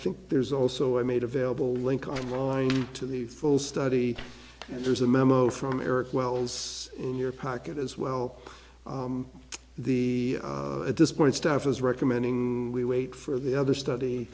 think there's also i made available link i'm going to the full study and there's a memo from eric wells in your package as well the at this point stuff is recommending we wait for the other study